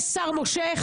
יש שר מושך?